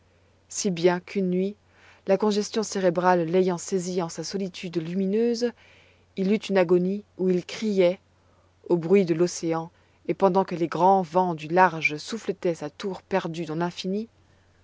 si bien qu'une nuit la congestion cérébrale l'ayant saisi en sa solitude lumineuse il eut une agonie où il criait au bruit de l'océan et pendant que les grands vents du large souffletaient sa tour perdue dans l'infini